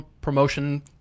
promotion